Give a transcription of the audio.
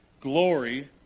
Glory